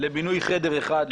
לבינוי חדר אחד.